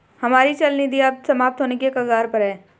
हमारी चल निधि अब समाप्त होने के कगार पर है